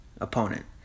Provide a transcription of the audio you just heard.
opponent